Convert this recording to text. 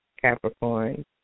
Capricorn